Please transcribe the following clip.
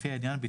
לפי העניין".